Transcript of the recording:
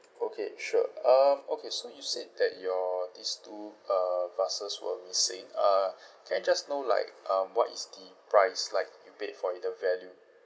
okay sure um okay so you said that your these two uh vases were missing uh can I just know like um what is the price like you paid for it the value